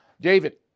David